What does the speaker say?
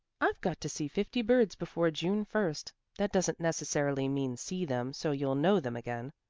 i've got to see fifty birds before june first that doesn't necessarily mean see them so you'll know them again.